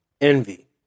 envy